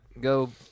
go